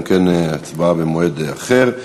אם כן, תשובה והצבעה במועד אחר.